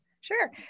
Sure